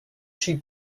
she